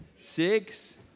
Six